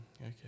Okay